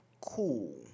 cool